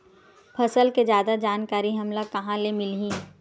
फसल के जादा जानकारी हमला कहां ले मिलही?